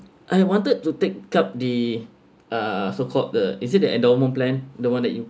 I wanted to take up the uh so called the is it the endowment plan the one that you